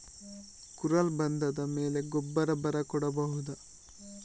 ಕುರಲ್ ಬಂದಾದ ಮೇಲೆ ಗೊಬ್ಬರ ಬರ ಕೊಡಬಹುದ?